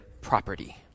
property